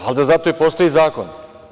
Valjda zato i postoji zakon?